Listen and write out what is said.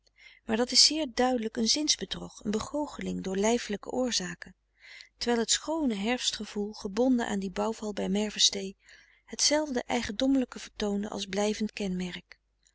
maar dat is zeer duidelijk een zinsbedrog een begoocheling door lijfelijke oorzaken terwijl het schoone herfstgevoel gebonden aan dien bouwval bij merwestee hetzelfde eigendommelijke vertoonde als blijvend kenmerk